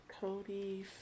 Cody